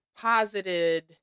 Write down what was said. posited